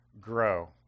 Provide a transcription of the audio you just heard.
grow